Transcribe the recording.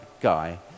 guy